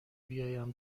بیایم